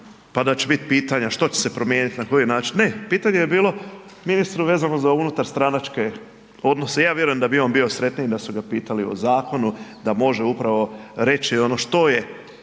pa da će biti pitanja što će se promijenit na koji način, ne pitanje je bilo ministru vezano za unutarstranačke odnose. Ja vjerujem da bi on bio sretniji da su ga pitali o zakonu da može upravo reći ono što je